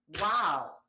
wow